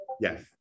Yes